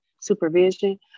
supervision